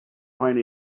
find